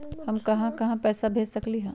हम कहां कहां पैसा भेज सकली ह?